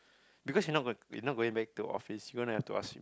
because you not gonna you not going back to office you gonna have to ask him